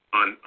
on